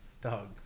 dog